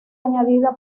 añadida